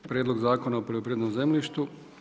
Prijedlog Zakona o poljoprivrednom zemljištu.